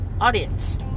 Audience